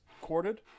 corded